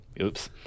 oops